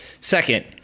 Second